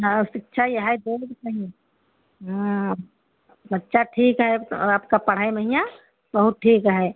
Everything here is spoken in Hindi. और शिक्षा यही देकर चही हाँ अब बच्चा ठीक है आपका पढ़ै में हियाँ बहुत ठीक है